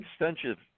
extensive